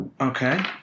Okay